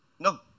No